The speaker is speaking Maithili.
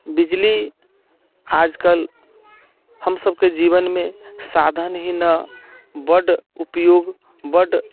बिजली आज कल हम सभके जीवनमे साधन ही न बड्ड उपयोग बड्ड